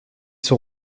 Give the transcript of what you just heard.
son